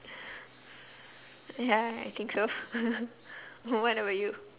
yeah I think so what about you